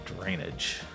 drainage